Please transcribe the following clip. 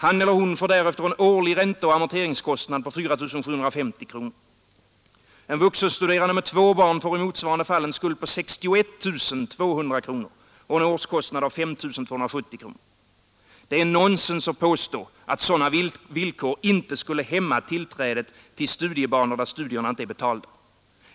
Han eller hon får därefter en årlig ränteoch amorteringskostnad på 4 750 kronor. En vuxenstuderande med två barn får i motsvarande fall en skuld på 61 200 kronor och en årskostnad av 5 270 kronor. Det är nonsens att påstå att sådana villkor inte skulle hämma tillträdet till studiebanor där studierna inte är betalda.